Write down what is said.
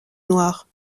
noire